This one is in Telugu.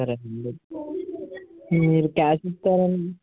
సరేనండి మీరు క్యాష్ ఇస్తారండి